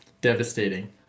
Devastating